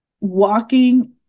walking